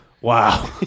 Wow